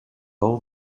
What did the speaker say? all